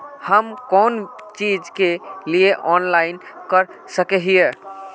हम कोन चीज के लिए ऑनलाइन कर सके हिये?